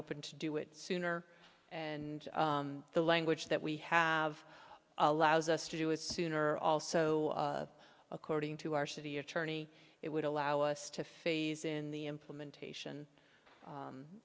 open to do it sooner and the language that we have allows us to do it sooner also according to our city attorney it would allow us to phase in the implementation